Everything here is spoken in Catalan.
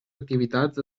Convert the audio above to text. activitats